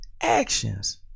actions